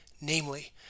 namely